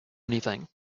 anything